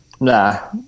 Nah